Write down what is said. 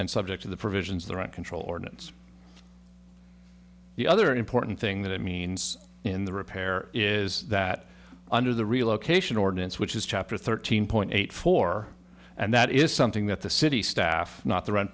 and subject to the provisions the rent control ordinance the other important thing that it means in the repair is that under the relocation ordinance which is chapter thirteen point eight four and that is something that the city staff not the rent